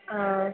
ആഹ്